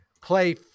play